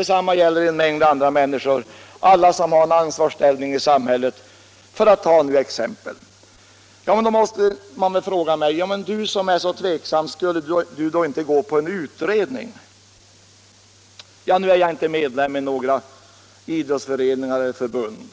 Detsamma gäller en mängd andra människor, alla som har en ansvarsställning i samhället, läkare och lärare, för att ta exempel. Då kanske man frågar mig: Du som är så tveksam, borde då du inte tillstyrka en utredning? Ja, jag är inte medlem i någon idrottsförening eller något idrottsförbund.